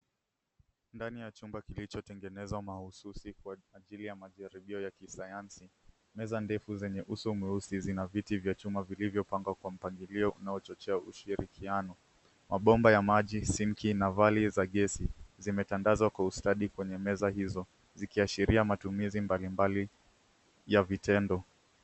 Ndani ya chumba kilichotengenezwa mahususi kwa ajili ya majaribio ya kisanyansi. Meza ndefu zenye uso mweusi zina viti vya chuma viliyvopangwa kwa mpangilio unaochochea ushirikiano. Mabomba ya maji, sinki na vali za gesi zimetandazwa kwa ustadi kwenye meza hizo, zikiashiria matumizi mbalimbali ya vitendo.